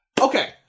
Okay